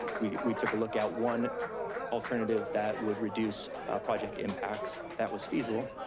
we took a look at one alternative that would reduce project impacts that was feasible,